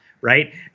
Right